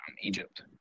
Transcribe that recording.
Egypt